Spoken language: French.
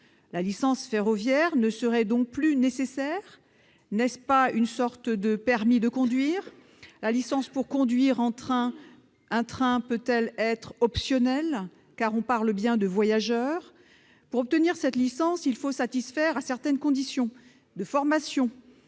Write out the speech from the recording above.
La licence ferroviaire ne serait donc plus nécessaire. N'est-ce pas une sorte de permis de conduire ? La licence pour conduire un train peut-elle être optionnelle, car on parle bien de voyageurs ? Pour obtenir cette licence, il faut satisfaire à certaines conditions de formation,